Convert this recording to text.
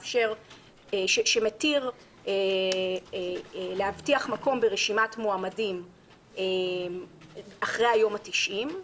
שמתיר להבטיח מקום ברשימת מועמדים אחרי היום ה-90.